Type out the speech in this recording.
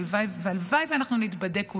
והלוואי שנתבדה כולנו,